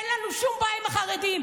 ואין לנו שום בעיה עם החרדים.